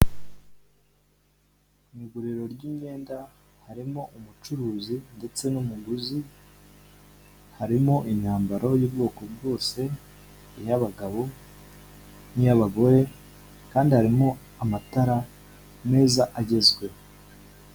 Mu iguriro ry'imyenda harimo umucuruzi ndetse n'umuguzi. Harimo imyambaro y'ubwoko bwose; iy'abagabo n'iy'abagore kandi harimo amatara meza agezweho.